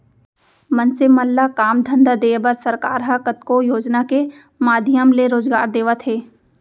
मनसे मन ल काम धंधा देय बर सरकार ह कतको योजना के माधियम ले रोजगार देवत हे